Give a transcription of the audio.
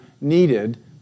needed